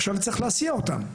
עכשיו צריך להסיע אותם.